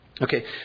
Okay